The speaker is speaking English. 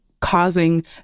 causing